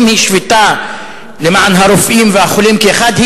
אם היא שביתה למען הרופאים והחולים כאחד,